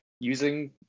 using